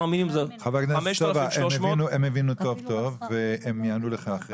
חבר הכנסת סובה, הם הבינו טוב טוב והם יענו לך.